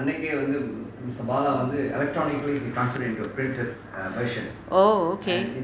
oh okay